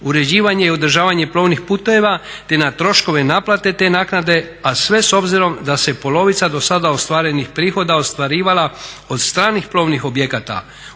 uređivanje i održavanje plovnih puteva, te na troškove naplate te naknade, a sve s obzirom da se polovica do sada ostvarenih prihoda ostvarivala od stranih plovnih objekata.